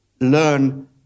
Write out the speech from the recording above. learn